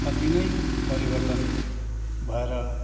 अति नै परिवर्तन भएर